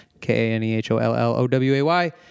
K-A-N-E-H-O-L-L-O-W-A-Y